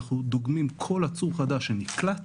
אנחנו דוגמים כל עצור חדש שנקלט